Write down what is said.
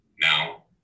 now